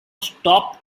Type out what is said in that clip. stop